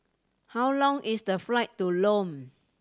how long is the flight to Lome